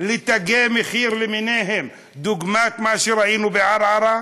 לתגי מחיר למיניהם, דוגמת מה שראינו בערערה.